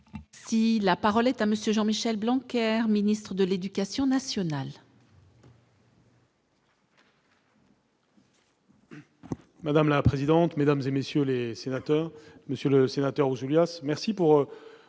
merci. Si la parole est à monsieur Jean Michel Blanc Ministre de l'Éducation nationale.